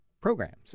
programs